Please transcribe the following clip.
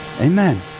Amen